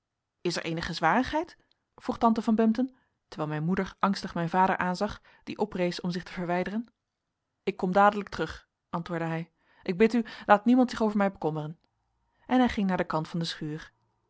is er eenige zwarigheid vroeg tante van bempden terwijl mijn moeder angstig mijn vader aanzag die oprees om zich te verwijderen ik ben dadelijk terug antwoordde hij ik bid u laat niemand zich over mij bekommeren en hij ging naar den kant van de schuur